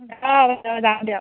অঁ যাম দিয়ক